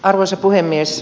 arvoisa puhemies